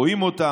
רואים אותם,